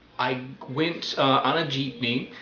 i went on a jeepney,